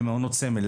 למעונות סמל,